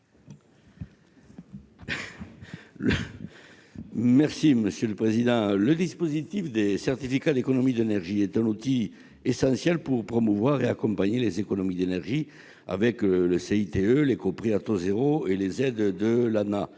sur l'article. Le dispositif des certificats d'économies d'énergie est un outil essentiel pour promouvoir et accompagner les économies d'énergie, avec le CITE, l'éco-prêt à taux zéro, les aides de l'ANAH